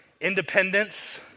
Independence